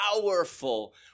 powerful